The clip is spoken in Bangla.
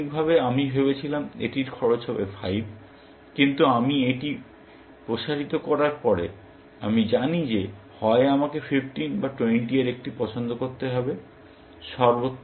প্রাথমিকভাবে আমি ভেবেছিলাম এটির খরচ হবে 5 কিন্তু আমি এটি প্রসারিত করার পরে আমি জানি যে হয় আমাকে 15 বা 20 এর একটি পছন্দ করতে হবে